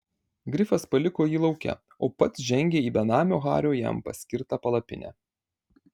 grifas paliko jį lauke o pats žengė į benamio hario jam paskirtą palapinę